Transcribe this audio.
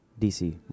DC